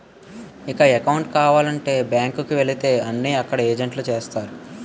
ఇక అకౌంటు కావాలంటే బ్యాంకు కు వెళితే అన్నీ అక్కడ ఏజెంట్లే చేస్తారు